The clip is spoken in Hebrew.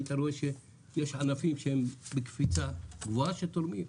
היית רואה שיש ענפים שהם בקפיצה גבוהה של תורמים.